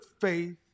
faith